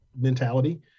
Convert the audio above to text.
mentality